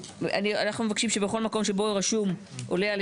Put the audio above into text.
אנחנו מבקשים שבכל מקום שבו רשום: "עולה על